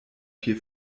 vier